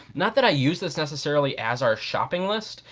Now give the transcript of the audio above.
not that i use this necessarily as our shopping list,